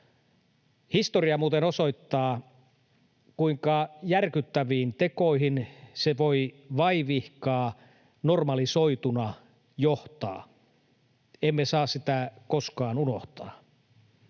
Historia muuten osoittaa, kuinka järkyttäviin tekoihin se voi vaivihkaa normalisoituna johtaa. Emme saa sitä koskaan unohtaa.